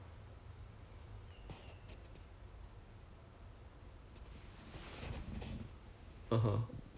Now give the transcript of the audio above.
那那个 C_L 那天 didn't do much eh because the whole 只有四个 crew mah have to do the the drill 对不对